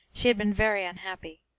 she had been very unhappy.